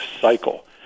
cycle